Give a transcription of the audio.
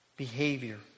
behavior